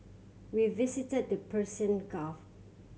we visited the Persian Gulf